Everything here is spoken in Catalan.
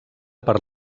per